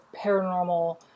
paranormal